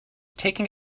taking